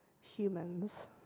humans